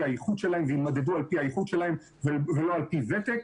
האיכות שלהם ויימדדו על פי האיכות שלהם ולא על פי ותק,